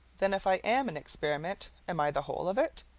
then if i am an experiment, am i the whole of it?